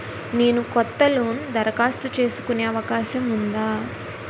నేను కొత్త లోన్ దరఖాస్తు చేసుకునే అవకాశం ఉందా?